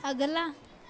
अगला